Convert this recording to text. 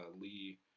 Lee